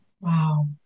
Wow